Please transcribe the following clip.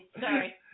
Sorry